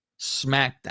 SmackDown